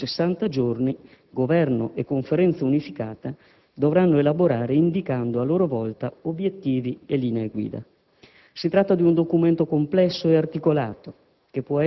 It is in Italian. che entro sessanta giorni Governo e Conferenza unificata dovranno elaborare indicando a loro volta obiettivi e linee guida. Si tratta di un documento complesso e articolato